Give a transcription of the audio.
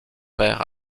père